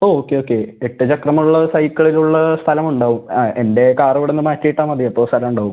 ഓ okay okay എട്ട് ചക്രമുള്ള സൈക്കിളിനുള്ള സ്ഥലമുണ്ടാവും ആ എൻ്റെ കാറിവിടുന്ന് മാറ്റിയിട്ടാൽ മതി അപ്പോൾ സ്ഥലമുണ്ടാവും